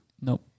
Nope